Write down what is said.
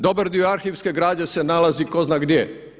Dobar dio arhivske građe se nalazi tko zna gdje.